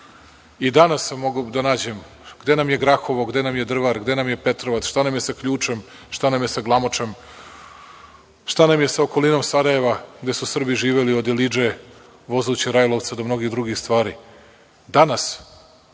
i danas sam mogao da nađem gde nam je Grahovo, gde nam je Drvar, gde nam je Petrovac, šta nam je sa Ključem, šta nam je sa Glamočem, šta nam je sa okolinom Sarajevom gde su Srbi živeli od Ilidže, Vozuće, Rajlovca do mnogih drugih stvari. Danas